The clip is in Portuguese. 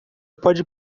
pode